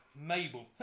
Mabel